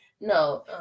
no